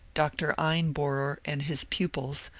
dr. einbohrer and his pupils,